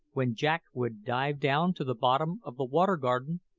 when jack would dive down to the bottom of the water garden,